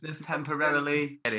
temporarily